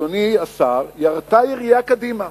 אדוני השר, ירתה ירייה קדימה,